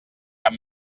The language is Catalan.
cap